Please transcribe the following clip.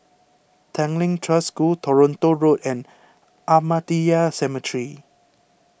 Tanglin Trust School Toronto Road and Ahmadiyya Cemetery